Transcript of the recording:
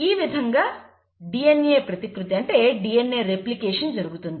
ఈ విధంగా DNA replication జరుగుతుంది